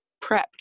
prepped